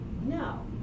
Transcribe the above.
No